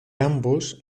ambos